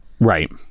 Right